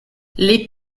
les